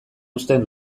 uzten